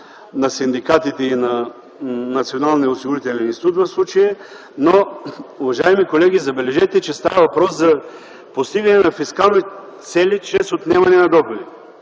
на синдикатите и на Националния осигурителен институт в случая. Но, уважаеми колеги, забележете, че става въпрос за постигане на фискални цели чрез отнемане на доходи.